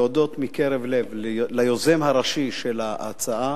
להודות מקרב לב ליוזם הראשי של ההצעה,